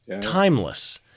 timeless